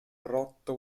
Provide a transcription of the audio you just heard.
rotto